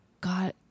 God